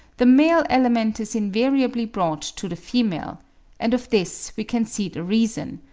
the male element is invariably brought to the female and of this we can see the reason,